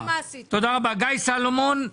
גיא סלומון.